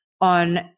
on